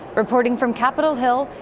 reporting from capitol hill,